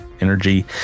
energy